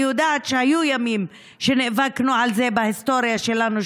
ואני יודעת שהיו ימים שנאבקנו על זה בהיסטוריה שלנו,